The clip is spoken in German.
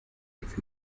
lief